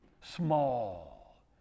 Small